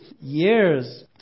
years